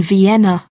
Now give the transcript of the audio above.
Vienna